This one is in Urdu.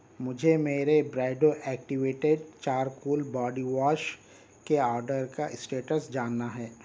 مجھے میرے بریڈو ایکٹیویٹیڈ چارکول باڈی واش کے آرڈر کا اِسٹیٹس جاننا ہے